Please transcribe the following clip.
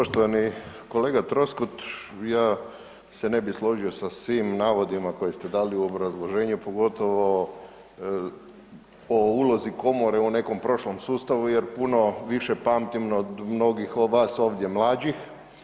Poštovani kolega Troskot, ja se ne bih složio sa svim navodima koje ste dali u obrazloženju pogotovo o ulozi komore u nekom prošlom sustavu, jer puno više pamtim od mnogih vas ovdje mlađih.